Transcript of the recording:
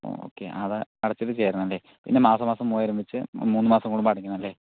okay അത് അടച്ചിട്ട് ചേരണമല്ലെ പിന്നെ മാസം മാസം മൂവായിരം വെച്ച് മൂന്ന് മാസം കൂടുമ്പോൾ അടക്കണം അല്ലെ